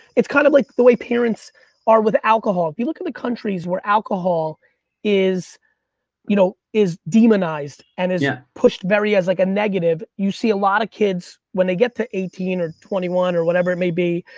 it's kinda kind of like the way parents are with alcohol. if you look at the countries where alcohol is you know is demonized and yeah pushed very as like a negative, you see a lot of kids, when they get to eighteen or twenty one or whatever it may be,